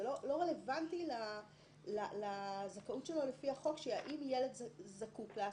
זה לא רלוונטי לזכאות שלו לפי החוק אם ילד זקוק להסעה.